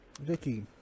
vicky